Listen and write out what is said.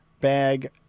Bag